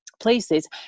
places